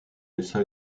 laissa